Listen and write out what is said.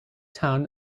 town